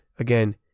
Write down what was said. Again